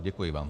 Děkuji vám.